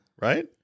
right